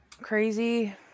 crazy